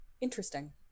Interesting